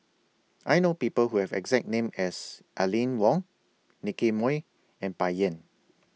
I know People Who Have The exact name as Aline Wong Nicky Moey and Bai Yan